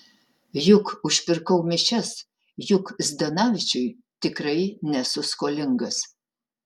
juk užpirkau mišias juk zdanavičiui tikrai nesu skolingas